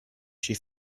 she